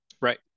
Right